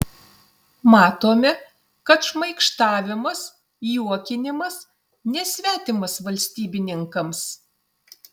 matome kad šmaikštavimas juokinimas nesvetimas valstybininkams